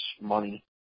money